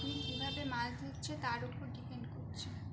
আপনি কীভাবে মাছ দিচ্ছে তার উপর ডিপেন্ড করছে